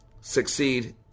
Succeed